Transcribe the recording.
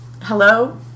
Hello